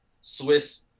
Swiss